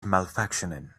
malfunctioning